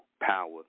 power